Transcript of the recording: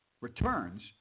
returns